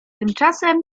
tymczasem